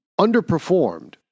underperformed